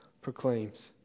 proclaims